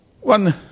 one